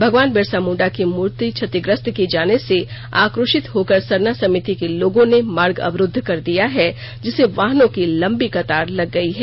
भगवान बिरसा मुंडा की मूर्ति क्षतिग्रस्त किए जाने से आक्रोशित होकर सरना समिति के लोगों ने मार्ग अवरूद्व कर दिया है जिससे वाहनों की लंबी कतार लग गयी है